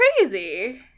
crazy